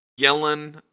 Yellen